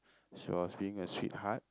she was being a sweetheart